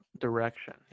direction